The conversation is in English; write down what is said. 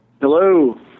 Hello